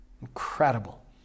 Incredible